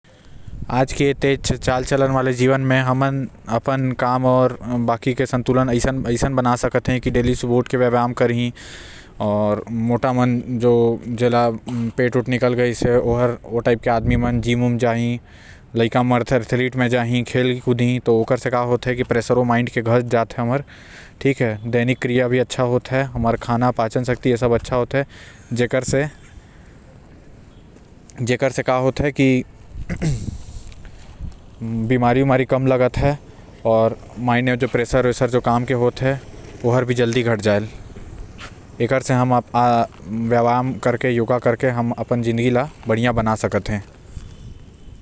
आज के काम करे के दौर में समय निकलना बड़ा बात हील अपन काम से व्यायाम करे बर आऊ जो मोटा मन जेमन के पेट निकल गाइस हे ओमन के जिम जाना चाही जेकर से ओमन फिट रह सकत हे आऊ साथ ही लाइका मन ला भी व्यायाम करना चाही।